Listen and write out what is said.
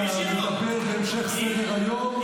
אתה מדבר בהמשך סדר-היום.